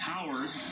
Howard